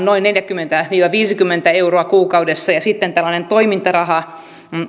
noin neljäkymmentä viiva viisikymmentä euroa kuukaudessa ja sitten tällainen toimintaraha